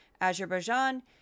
Azerbaijan